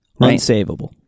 Unsavable